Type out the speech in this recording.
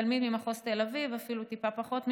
תלמיד ממחוז תל אביב אפילו טיפה פחות מזה,